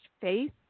faith